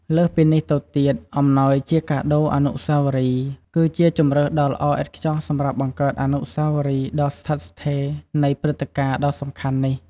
លើសពីនេះទៅទៀត អំណោយជាកាដូអនុស្សាវរីយ៍ គឺជាជម្រើសដ៏ល្អឥតខ្ចោះសម្រាប់បង្កើតអនុស្សាវរីយ៍ដ៏ស្ថិតស្ថេរនៃព្រឹត្តិការណ៍ដ៏សំខាន់នេះ។